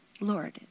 Lord